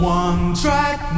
one-track